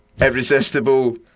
irresistible